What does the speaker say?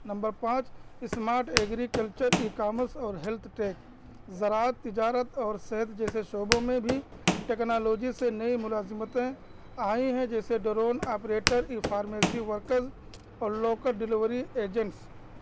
number پانچ smart agriculture e commerce اور health tech زراعت تجارت اور صحت جیسے شعبوں میں بھی ٹیکنالوجی سے نئی ملازمتیں آئی ہیں جیسے drone operator e pharmacy workers اور لوکل ڈیلیوری ایجنٹس